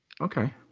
Okay